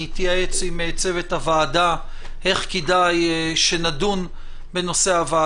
אני אתייעץ עם צוות הוועדה איך כדאי שנדון בנושא בוועדה.